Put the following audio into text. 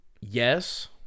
Yes